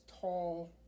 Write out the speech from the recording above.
tall